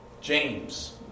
James